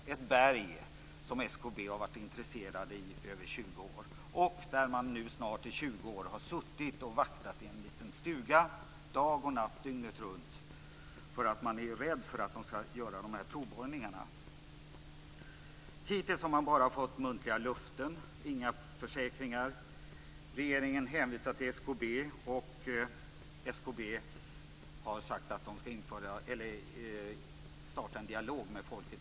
Det är ett berg som SKB har varit intresserat av i över 20 år. Man har där i snart 20 år suttit i en liten stuga och vaktat dygnet runt därför att man är rädd för att det ska göras provborrningar. Man har hittills bara fått muntliga löften, inga försäkringar. Regeringen hänvisar till SKB, och SKB har sagt att man ska starta en dialog med befolkningen.